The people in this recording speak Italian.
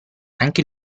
anche